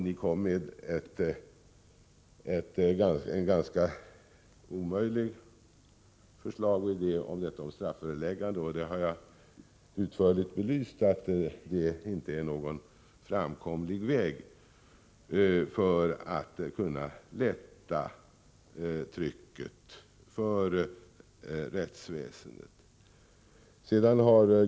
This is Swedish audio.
Ni ställde ett ganska omöjligt förslag om strafföreläggande. Jag har utförligt belyst att det inte är en framkomlig väg för att lätta trycket på rättsväsendet.